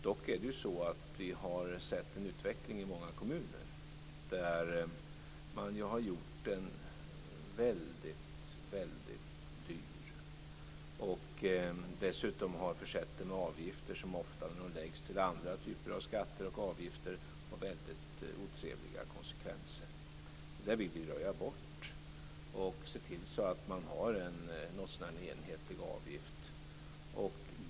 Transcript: Dock har vi sett en utveckling i många kommuner där man har gjort den väldigt dyr och dessutom försett den med avgifter som ofta läggs till andra typer av skatter och avgifter med väldigt otrevliga konsekvenser. Det vill vi röja bort och se till att man har en något så när enhetlig avgift.